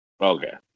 Okay